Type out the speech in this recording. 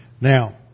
Now